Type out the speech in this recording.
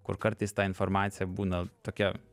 kur kartais ta informacija būna tokia